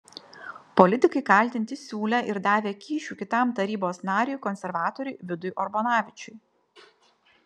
politikai kaltinti siūlę ir davę kyšių kitam tarybos nariui konservatoriui vidui urbonavičiui